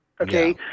Okay